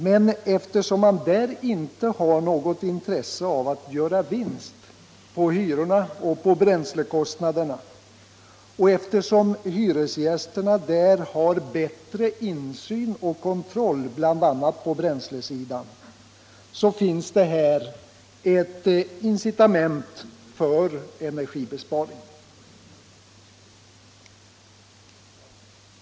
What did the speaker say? Men eftersom de allmännyttiga bostadsföretagen inte har något intresse av att göra vinst på hyrorna och på bränslekostnaderna och eftersom hyresgästerna där har bättre insyn och kontroll bl.a. på bränslesidan finns det ett incitament till energibesparing.